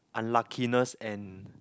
unluckiness and